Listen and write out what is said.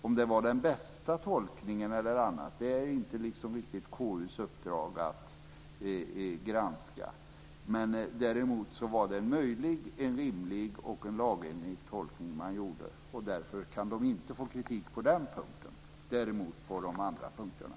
Om det var den bästa tolkningen är inte KU:s uppdrag att granska. Däremot var det en möjlig, rimlig och lagenlig tolkning. Därför kan regeringen inte få kritik på den punkten men däremot på de andra punkterna.